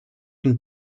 von